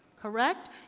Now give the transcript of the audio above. Correct